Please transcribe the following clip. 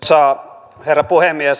arvoisa herra puhemies